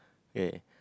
K